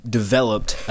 developed